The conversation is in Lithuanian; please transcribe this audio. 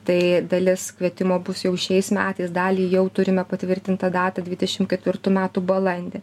tai dalis kvietimo bus jau šiais metais dalį jau turime patvirtintą datą dvidešimt ketvirtų metų balandį